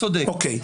צודק.